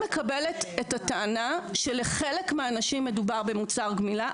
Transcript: מקבלת את הטענה שלחלק מהאנשים מדובר במוצר גמילה,